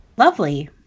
Lovely